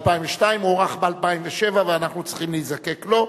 הוארך ב-2007, ואנחנו צריכים להיזקק לו.